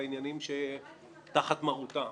-- בעניינים שתחת מרותה.